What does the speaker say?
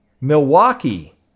Milwaukee